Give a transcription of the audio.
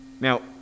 Now